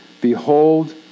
Behold